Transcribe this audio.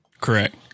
Correct